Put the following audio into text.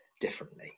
differently